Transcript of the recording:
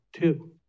two